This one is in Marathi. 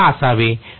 ते का असावे